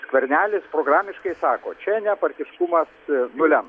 skvernelis programiškai sako čia ne partiškumas nulems